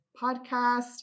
podcast